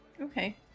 Okay